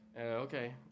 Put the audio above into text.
Okay